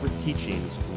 teachings